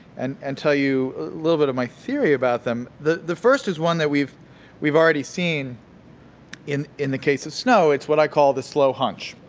and and tell you a little bit of my theory about them. the the first is one that we've we've already seen in in the case of snow. it's what i call the snow hunch.